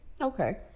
Okay